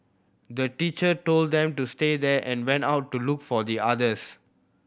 the teacher told them to stay there and went out to look for the others